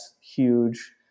huge